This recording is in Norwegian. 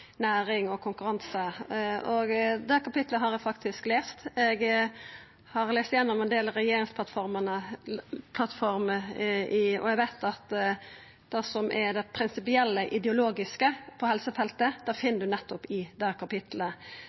næring og konkurranse. Det kapitlet har eg faktisk lese. Eg har lese igjennom ein del regjeringsplattformer, og eg veit at det som er det prinsipielle og ideologiske på helsefeltet, finn ein nettopp i det kapitlet.